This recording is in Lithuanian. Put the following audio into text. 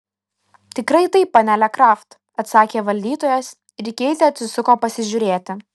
tikrai taip panele kraft atsakė valdytojas ir keitė atsisuko pasižiūrėti